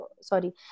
sorry